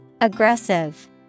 Aggressive